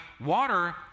water